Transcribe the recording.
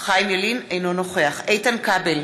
אינו נוכח איתן כבל,